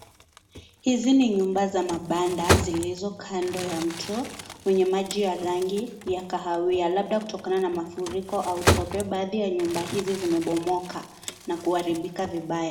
Hizi ni nyumba za mabanda, zilizo kando ya mto, wenye maji ya rangi ya kahawia labda kutokana na mafuriko au tope. Baadhi ya nyumba hizi zimepomoka na kuharibika vibaya.